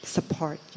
Support